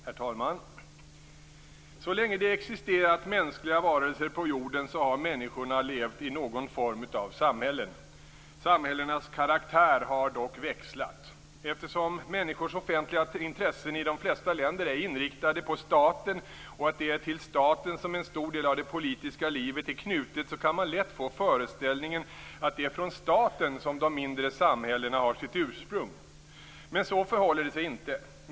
Herr talman! Så länge som det existerat mänskliga varelser på jorden har människorna levt i någon form av samhällen. Samhällenas karaktär har dock växlat. Eftersom människors offentliga intressen i de flesta länder är inriktade på staten och att det är till staten som en stor del av det politiska livet är knutet, kan man lätt få föreställningen att det är från staten som de mindre samhällena har sitt ursprung. Men så förhåller det sig inte.